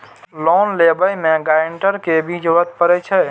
Loan लेबे में guarantor के भी जरूरी परे छै?